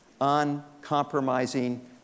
uncompromising